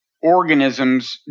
organism's